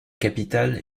capitale